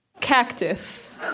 Cactus